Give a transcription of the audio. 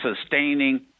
sustaining